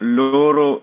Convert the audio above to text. loro